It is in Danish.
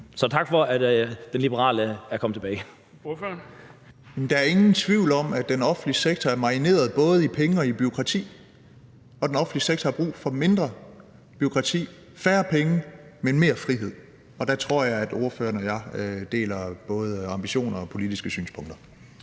Kl. 17:21 Alex Vanopslagh (LA): Der er ingen tvivl om, at den offentlige sektor er marineret både i penge og i bureaukrati, og den offentlige sektor har brug for mindre bureaukrati, færre penge, men mere frihed, og der tror jeg at ordføreren og jeg deler både ambitioner og politiske synspunkter.